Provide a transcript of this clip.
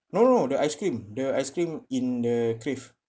no no no the ice cream the ice cream in the crave